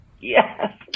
Yes